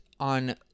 On